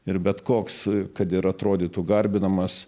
ir bet koks kad ir atrodytų garbinamas